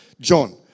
John